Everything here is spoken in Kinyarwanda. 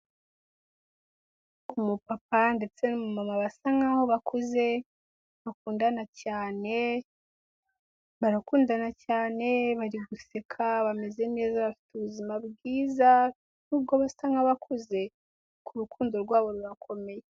Amupapa ndetse n'umumama basa nkaho bakuze bakundana cyane, barakundana cyane bari guseka, bameze neza, bafite ubuzima bwiza nubwo basa nk'abakuze ariko urukundo rwabo rurakomeye.